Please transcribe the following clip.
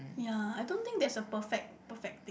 ya I don't think there's a perfect perfect thing